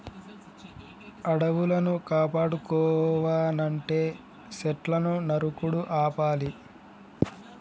అడవులను కాపాడుకోవనంటే సెట్లును నరుకుడు ఆపాలి